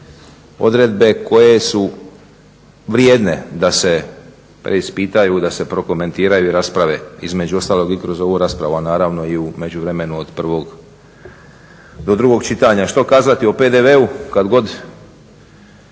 odredbe koje su vrijedne da se preispitaju, da se prokomentiraju i rasprave između ostalog i kroz ovu raspravu, a naravno i u međuvremenu od prvog do drugog čitanja. Što kazati o PDV-u? Kad god